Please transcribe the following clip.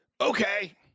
Okay